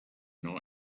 nor